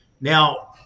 Now